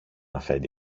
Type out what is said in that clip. αφέντη